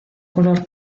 color